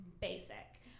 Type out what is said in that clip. basic